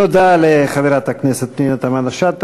תודה לחברת הכנסת פנינה תמנו-שטה.